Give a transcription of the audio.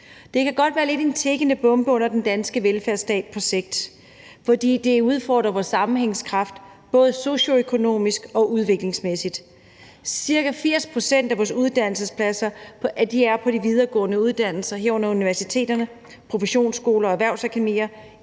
Det kan godt være lidt af en tikkende bombe under den danske velfærdsstat på sigt, fordi det udfordrer vores sammenhængskraft både socioøkonomisk og udviklingsmæssigt. Ca. 80 pct. af vores uddannelsespladser er på de videregående uddannelser, herunder universiteter, produktionsskoler og erhvervsakademier,